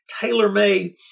tailor-made